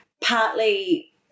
partly